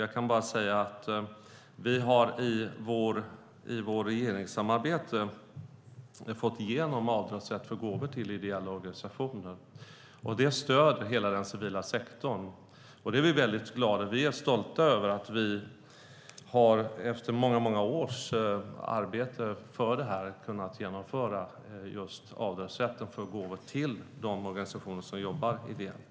Jag kan bara säga att vi i vårt regeringssamarbete har fått igenom avdragsrätt för gåvor till ideella organisationer. Det stöder hela den civila sektorn. Detta är vi glada för. Vi är stolta över att vi efter många års arbete för detta har kunnat genomföra just avdragsrätten för gåvor till de organisationer som jobbar ideellt.